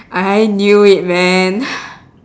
I knew it man